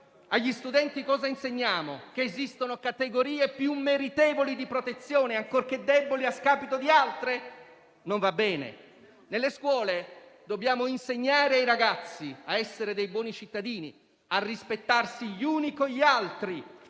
agli studenti cosa insegniamo? Che esistono categorie più meritevoli di protezione, ancorché deboli, a scapito di altre? Non va bene. Nelle scuole dobbiamo insegnare ai ragazzi a essere dei buoni cittadini, a rispettarsi gli uni con gli altri